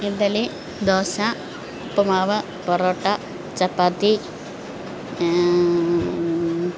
ഇഡലി ദോശ ഉപ്പുമാവ് പൊറോട്ട ചപ്പാത്തി